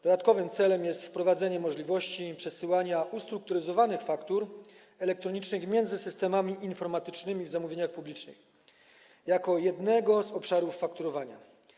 Dodatkowym celem jest wprowadzenie możliwości przesyłania ustrukturyzowanych faktur elektronicznych między systemami informatycznymi w zamówieniach publicznych jako jednego z obszarów fakturowania.